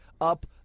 up